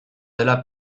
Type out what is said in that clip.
dela